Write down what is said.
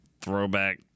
throwback